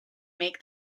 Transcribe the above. make